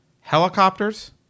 helicopters